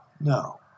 No